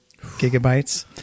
gigabytes